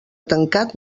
tancat